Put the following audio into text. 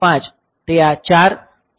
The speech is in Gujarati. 5 તે આ 4 3